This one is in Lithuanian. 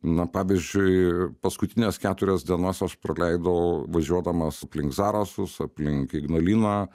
na pavyzdžiui paskutinės keturios dienas aš praleidau važiuodamas aplink zarasus aplink ignaliną